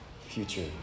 future